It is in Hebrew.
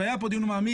והיה פה דיון מעמיק,